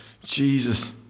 Jesus